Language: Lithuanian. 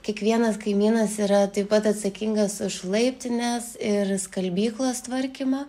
kiekvienas kaimynas yra taip pat atsakingas už laiptinės ir skalbyklos tvarkymą